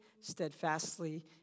steadfastly